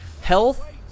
Health